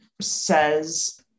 says